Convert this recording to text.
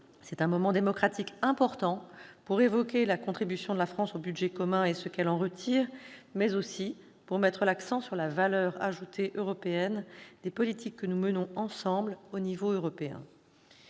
c'est un moment démocratique important pour évoquer la contribution de la France au budget commun et ce qu'elle en retire, mais aussi pour mettre l'accent sur la valeur ajoutée des politiques que nous menons ensemble, au niveau européen.